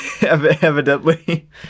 evidently